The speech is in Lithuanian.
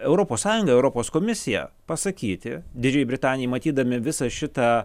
europos sąjunga europos komisija pasakyti didžiajai britanijai matydami visą šitą